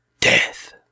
Death